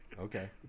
Okay